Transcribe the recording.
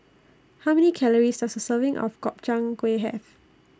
How Many Calories Does A Serving of Gobchang Gui Have